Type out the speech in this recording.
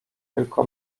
tylko